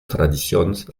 tradicions